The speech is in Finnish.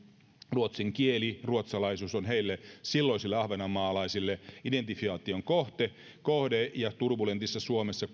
ruotsin kieli ruotsalaisuus on heille silloisille ahvenanmaalaisille identifikaation kohde kohde ja yhteiselo turbulentissa suomessa